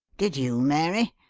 did you, mary?